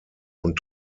und